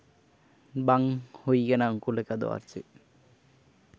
ᱵᱟᱝ ᱦᱩᱭ ᱟᱠᱟᱱᱟ ᱩᱱᱠᱩ ᱞᱮᱠᱟ ᱫᱚ ᱟᱨ ᱪᱮᱫ